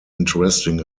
interesting